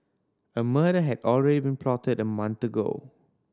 a murder had already been plotted a month ago